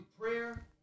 prayer